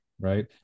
Right